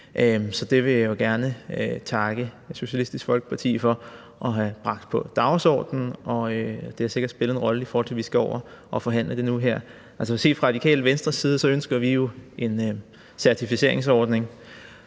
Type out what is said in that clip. Så det vil jeg jo gerne takke Socialistisk Folkeparti for at have bragt på dagsordenen. Det har sikkert spillet en rolle, i forhold til at vi skal over og forhandle det nu her. Fra Radikale Venstres side ønsker vi jo en certificeringsordning,